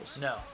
No